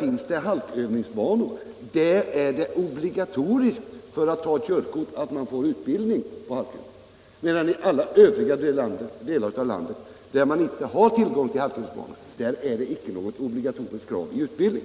finns halkövningsbanor och att det där är obligatoriskt för att få körkort att ha genomgått utbildning i halkkörning, medan det i alla övriga delar av landet — där man inte har tillgång till halkövningsbanor — inte är något obligatoriskt krav på sådan utbildning.